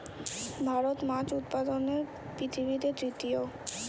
ভারত মাছ উৎপাদনে পৃথিবীতে তৃতীয়